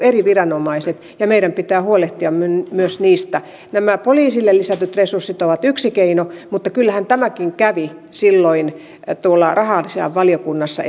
eri viranomaiset ja meidän pitää huolehtia myös niistä nämä poliisille lisätyt resurssit ovat yksi keino mutta kyllähän tämäkin kävi silloin tuolla raha asiainvaliokunnassa